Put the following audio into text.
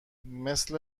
مثل